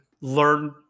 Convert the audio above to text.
learn